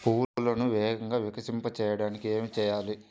పువ్వులను వేగంగా వికసింపచేయటానికి ఏమి చేయాలి?